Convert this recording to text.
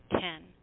Ten